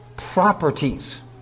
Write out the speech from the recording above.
properties